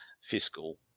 fiscal